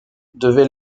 devait